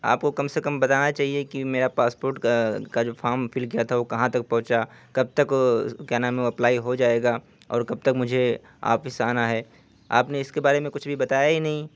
آپ کو کم سے کم بتانا چاہیے کہ میرا پاس پورٹ کا کا جو فارم فل کیا تھا وہ کہاں تک پہنچا کب تک کیا نام ہے وہ اپلائی ہو جائے گا اور کب تک مجھے آفس آنا ہے آپ نے اس کے بارے میں کچھ بھی بتایا ہی نہیں